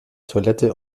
toilette